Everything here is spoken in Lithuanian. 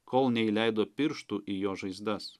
kol neįleido pirštų į jo žaizdas